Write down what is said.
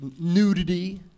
nudity